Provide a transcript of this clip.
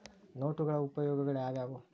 ನೋಟುಗಳ ಉಪಯೋಗಾಳ್ಯಾವ್ಯಾವು?